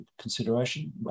consideration